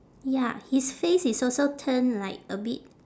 ya his face is also turn like a bit